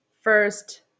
first